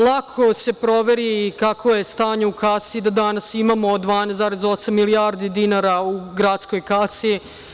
Lako se proveri kakvo je stanje u kasi da danas imamo 12,8 milijardi dinara u gradskoj kasi.